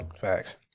Facts